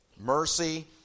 mercy